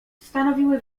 stanowiły